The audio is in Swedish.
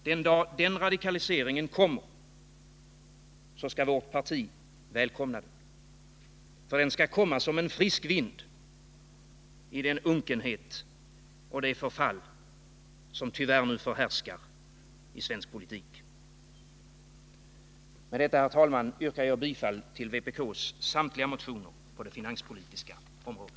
Den dag den radikaliseringen kommer skall vårt parti välkomna den. Den skall komma som en frisk vind i den unkenhet och det förfall som tyvärr nu förhärskar i svensk politik. Med detta, herr talman, yrkar jag bifall till vpk:s samtliga motioner på det finanspolitiska området.